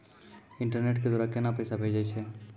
Internet के द्वारा केना पैसा भेजय छै?